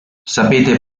sapete